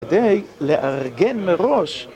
כדי לארגן מראש